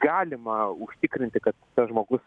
galima užtikrinti kad tas žmogus